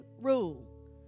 rule